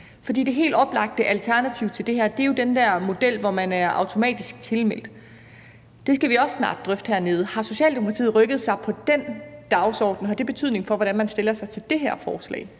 For det helt oplagte alternativ til det her er jo den der model, hvor man er automatisk tilmeldt, og det skal vi også snart drøfte hernede. Har Socialdemokratiet rykket sig på den dagsorden? Har det en betydning for, hvordan man stiller sig til det her forslag?